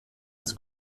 des